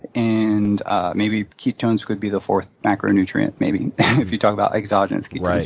and maybe ketones could be the fourth macronutrient maybe if you talk about exogenous ketones.